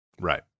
Right